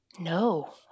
No